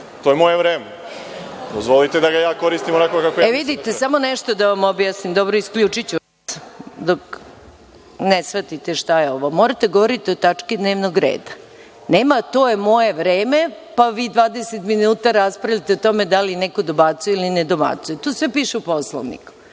To je moje vreme. Dozvolite da ga ja koristim onako kako ja mislim da treba. **Maja Gojković** Vidite, samo nešto da vam objasnim, isključiti ću vas dok ne shvatite šta je ovo. Morate govoriti o tački dnevnog reda. Nema – to je moje vreme, pa vi 20 minuta raspravljate o tome da li neko dobacuje ili ne dobacuje. To sve piše u Poslovniku.